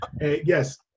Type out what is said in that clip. yes